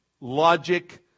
logic